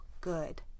good